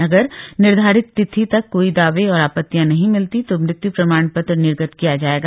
अगर निर्धारित तिथि तक कोई दावे और आपतियां नही मिलती तो मृत्य् प्रमाण पत्र निर्गत किया जाएगा